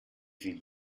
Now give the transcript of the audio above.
viel